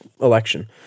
election